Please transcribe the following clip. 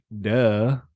Duh